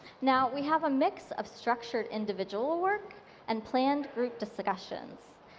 now, we have a mix of structured individual work and planned group discussions.